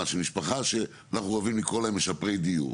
של משפחה שאנחנו אוהבים לקרוא להם משפרי דיור.